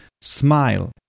smile